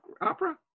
opera